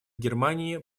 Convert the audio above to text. германии